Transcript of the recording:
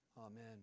Amen